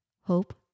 Hope